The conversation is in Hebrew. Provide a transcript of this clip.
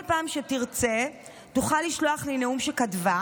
פעם שתרצה היא תוכל לשלוח לי נאום שכתבה,